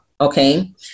Okay